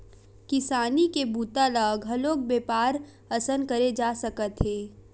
किसानी के बूता ल घलोक बेपार असन करे जा सकत हे